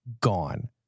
gone